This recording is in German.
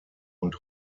und